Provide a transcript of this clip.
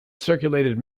circulated